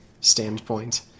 standpoint